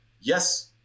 yes